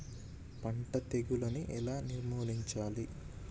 పంట తెగులుని ఎలా నిర్మూలించాలి?